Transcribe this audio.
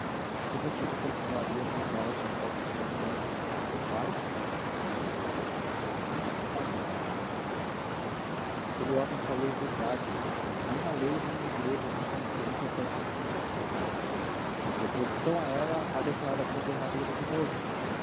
por que motivo continuaríamos nós uma falsificação de seu pai atalhou melchior padre mestre aquele homem falou verdade mas nem a lei nem a igreja se contentam com essa simples verdade em oposição a ela há a declaração derradeira de um morto